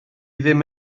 ddim